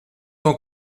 tant